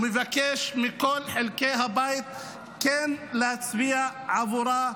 ומבקש מכל חלקי הבית להצביע עבורה,